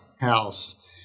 house